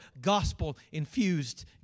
gospel-infused